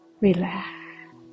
Relax